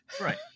Right